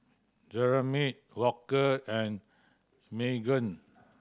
Jeremy Walker and Maegan